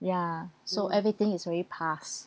ya so everything is already passed